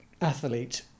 athlete